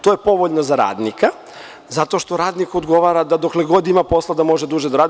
To je povoljno za radnika, zato što radniku odgovara da dokle god ima posla da može da duže radi.